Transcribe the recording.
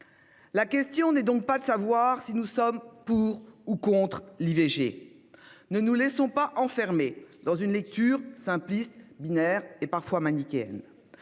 La question n'est donc pas de savoir si nous sommes pour ou contre l'IVG. Ne nous laissons pas enfermer dans une lecture simpliste, binaire et, parfois, manichéenne.